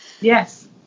Yes